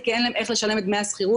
כי אין להם איך לשלם את דמי השכירות.